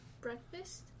Breakfast